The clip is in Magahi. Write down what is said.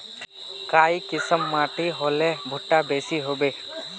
काई किसम माटी होले भुट्टा बेसी होबे?